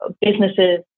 businesses